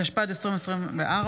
התשפ"ד 2024,